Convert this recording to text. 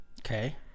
Okay